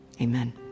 amen